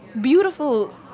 beautiful